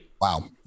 Wow